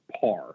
par